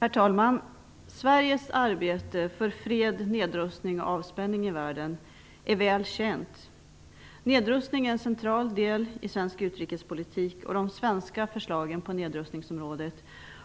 Herr talman! Sveriges arbete för fred, nedrustning och avspänning i världen är väl känt. Nedrustning är en central del i svensk utrikespolitik. De svenska förslagen på nedrustningsområdet